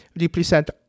represent